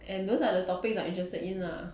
and those are the topics I am interested in lah